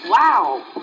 Wow